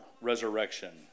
resurrection